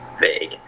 vague